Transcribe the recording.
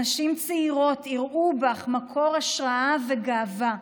ונשים צעירות יראו בך מקור השראה וגאווה.